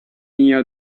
near